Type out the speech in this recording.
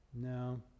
No